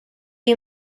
you